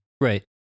Right